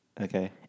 Okay